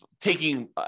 taking